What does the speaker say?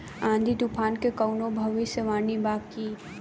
आँधी तूफान के कवनों भविष्य वानी बा की?